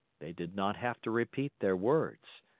they did not have to repeat their words.